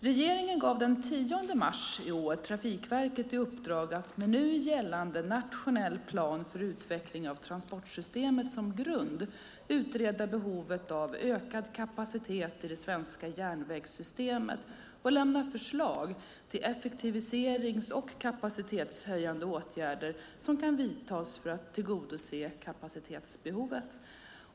Regeringen gav den 10 mars i år Trafikverket i uppdrag att med nu gällande nationell plan för utveckling av transportsystemet som grund utreda behovet av ökad kapacitet i det svenska järnvägssystemet och lämna förslag till effektiviserings och kapacitetshöjande åtgärder som kan vidtas för att tillgodose kapacitetsbehovet.